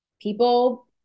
People